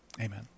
amen